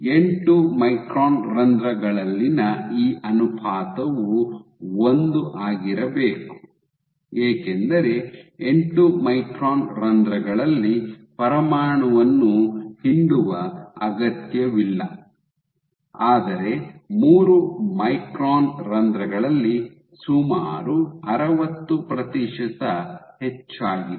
ಎಂಟು ಮೈಕ್ರಾನ್ ರಂಧ್ರಗಳಲ್ಲಿನ ಈ ಅನುಪಾತವು ಒಂದು ಆಗಿರಬೇಕು ಏಕೆಂದರೆ ಎಂಟು ಮೈಕ್ರಾನ್ ರಂಧ್ರಗಳಲ್ಲಿ ಪರಮಾಣುವನ್ನು ಹಿಂಡುವ ಅಗತ್ಯವಿಲ್ಲ ಆದರೆ ಮೂರು ಮೈಕ್ರಾನ್ ರಂಧ್ರಗಳಲ್ಲಿ ಸುಮಾರು ಅರವತ್ತು ಪ್ರತಿಶತ ಹೆಚ್ಚಾಗಿದೆ